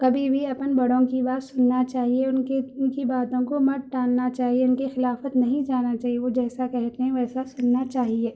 کبھی بھی اپنے بڑوں کی بات سننا چاہیے ان کی ان کی باتوں کو مت ٹالنا چاہیے ان کی خلافت نہیں جانا چاہیے وہ جیسا کہتے ہیں ویسا سننا چاہیے